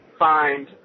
find